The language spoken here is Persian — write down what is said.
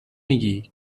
میگی